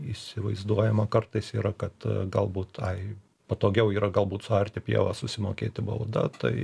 įsivaizduojama kartais yra kad galbūt tai patogiau yra galbūt suarti pievą susimokėti baudą tai